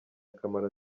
akamaro